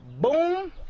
boom